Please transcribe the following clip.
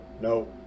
no